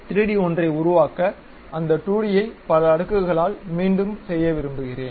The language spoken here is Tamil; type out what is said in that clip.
3D ஒன்றை உருவாக்க அந்த 2D ஐ பல அடுக்குகளால் மீண்டும் செய்ய விரும்புகிறோம்